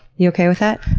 you okay with that?